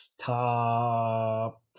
top